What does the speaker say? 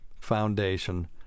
Foundation